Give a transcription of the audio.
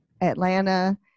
atlanta